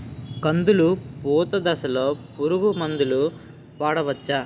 కందులు పూత దశలో పురుగు మందులు వాడవచ్చా?